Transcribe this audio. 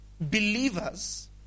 believers